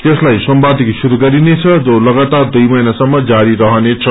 यसलाई सोमबारदेखि श्रुरू गरिनेछ जो लगातार दुई महिनासम्म जारी रहनेछ